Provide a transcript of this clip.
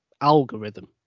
algorithm